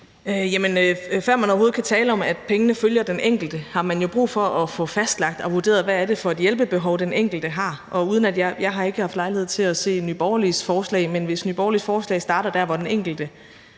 før man overhovedet kan tale om, at pengene følger den enkelte, har man jo brug for at få fastlagt og vurderet, hvad det er for et hjælpebehov, den enkelte har. Jeg har ikke haft lejlighed til at se Nye Borgerliges forslag, men hvis Nye Borgerliges forslag starter der, hvor den enkelte